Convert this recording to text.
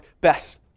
best